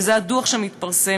וזה הדוח שמתפרסם,